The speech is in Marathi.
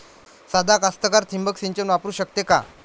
सादा कास्तकार ठिंबक सिंचन वापरू शकते का?